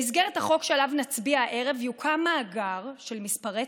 במסגרת החוק שעליו נצביע הערב יוקם מאגר של מספרי